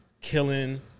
killing